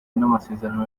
n’amasezerano